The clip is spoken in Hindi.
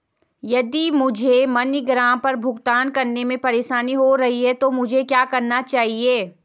यदि मुझे मनीग्राम पर भुगतान करने में परेशानी हो रही है तो मुझे क्या करना चाहिए?